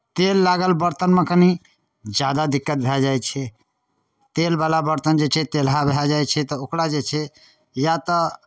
तेल लागल बरतनमे कनि ज्यादा दिक्कत भए जाइ छै तेलवला बरतन जे छै तेलहा भए जाइ छै तऽ ओकरा जे छै या तऽ